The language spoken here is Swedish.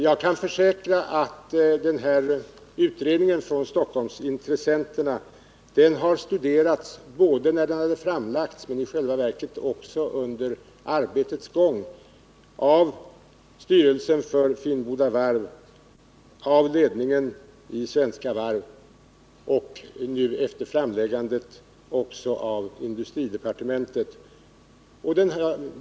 Jag kan försäkra att utredningen från Stockholmsintressenterna under själva utredningsarbetet har studerats av styrelsen för Finnboda varv och av ledningen för Svenska Varv och nu, efter framläggandet, också av industridepartementet.